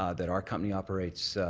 um that our company operates,